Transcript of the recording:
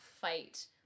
fight